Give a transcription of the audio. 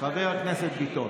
חבר הכנסת ביטון.